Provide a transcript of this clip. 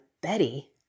Betty